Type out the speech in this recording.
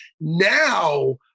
now